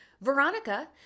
Veronica